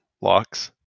locks